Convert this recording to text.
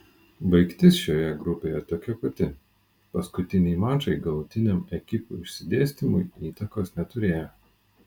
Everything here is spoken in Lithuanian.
baigtis šioje grupėje tokia pati paskutiniai mačai galutiniam ekipų išsidėstymui įtakos neturėjo